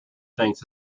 things